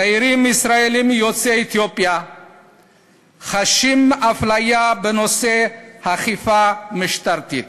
צעירים ישראלים יוצאי אתיופיה חשים אפליה בתחום האכיפה המשטרתית.